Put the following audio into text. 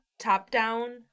top-down